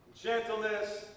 gentleness